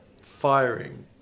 firing